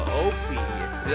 opiates